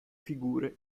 figure